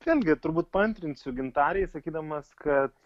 vėlgi turbūt paantrinsiu gintarei sakydamas kad